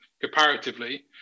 comparatively